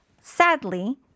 Sadly